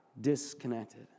disconnected